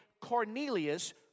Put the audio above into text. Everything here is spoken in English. Cornelius